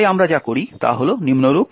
তাই আমরা যা করি তা হল নিম্নরূপ